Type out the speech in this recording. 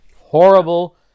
Horrible